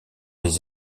les